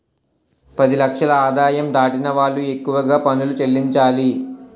పది లక్షల ఆదాయం దాటిన వాళ్లు ఎక్కువగా పనులు చెల్లించాలి